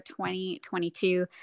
2022